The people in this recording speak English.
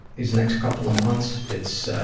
these next couple of months. it's, ah,